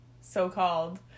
so-called